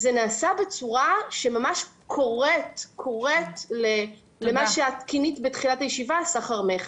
זה נעשה בצורה שממש קוראת למה שכינית בתחילת הישיבה סחר מכר.